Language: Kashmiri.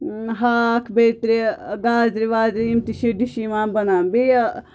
ٲں ہاکھ بیترِ گازرِ وازرِ یِم تہِ چھِ ڈِشہِ یِوان بنان بیٚیہِ